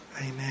amen